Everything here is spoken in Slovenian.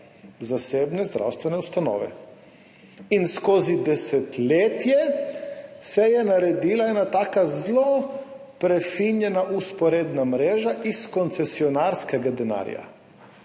zasebne zdravstvene ustanove. Skozi desetletje se je naredila ena taka zelo prefinjena vzporedna mreža iz koncesionarskega denarja,